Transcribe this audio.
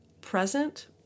present